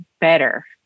better